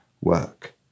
work